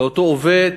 לאותו עובד,